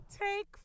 take